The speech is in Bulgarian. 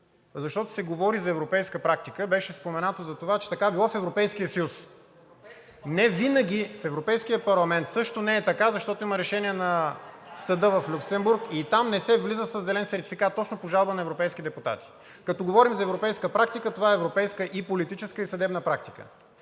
защото се говори за европейска практика. Беше споменато, че така било в Европейския съюз. Невинаги. В Европейския парламент също не е така, защото има решение на Съда в Люксембург и там не се влиза със зелен сертификат – точно по жалба на европейски депутати. Като говорим за европейска практика, това е европейска и политическа съдебна практика.